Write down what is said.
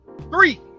Three